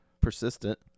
Persistent